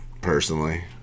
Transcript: personally